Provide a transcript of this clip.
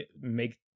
make